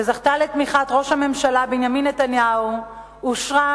שזכתה לתמיכת ראש הממשלה בנימין נתניהו ואושרה